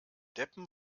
deppen